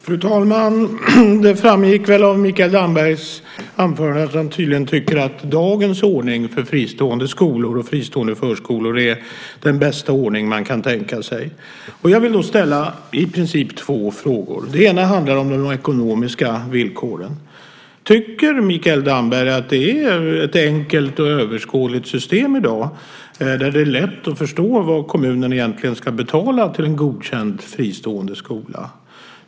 Fru talman! Det framgick av Mikael Dambergs anförande att han tydligen tycker att dagens ordning för fristående skolor och fristående förskolor är den bästa ordning man kan tänka sig. Jag vill ställa några frågor. Den första handlar om de ekonomiska villkoren. Tycker Mikael Damberg att det är ett enkelt och överskådligt system i dag där det är lätt att förstå vad kommunen egentligen ska betala till en godkänd fristående skola?